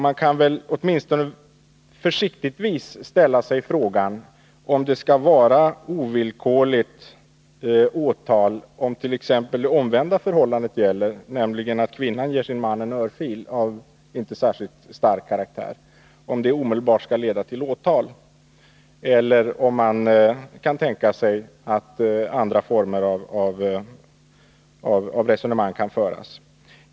Man kan väl åtminstone försiktigtvis ställa sig frågan om det omvända förhållandet, nämligen att kvinnan ger sin man en örfil av inte särskilt stark karaktär, omedelbart skall leda till åtal, eller om man kan tänka sig att andra former av resonemang kan föras.